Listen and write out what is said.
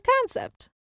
concept